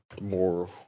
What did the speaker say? more